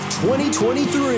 2023